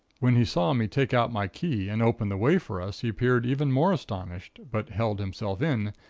when he saw me take out my key and open the way for us he appeared even more astonished, but held himself in,